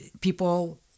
people